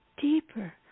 deeper